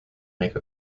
make